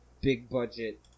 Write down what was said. big-budget